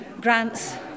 grants